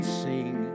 sing